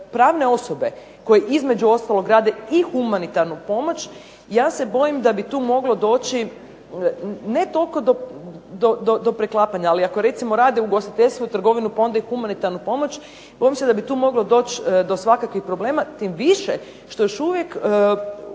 pravne osobe koje između ostalog grade i humanitarnu pomoć ja se bojim da bi tu moglo doći ne toliko do preklapanja. Ali ako recimo rade u ugostiteljstvu i trgovinu pa onda i humanitarnu pomoć, bojim se da bi tu moglo doći do svakakvih problema tim više što još uvijek